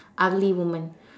ugly woman